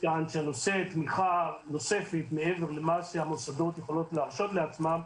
כאן שנושא תמיכה נוספת מעבר למה שהמוסדות יכולים להרשות לעצמם,